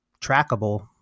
trackable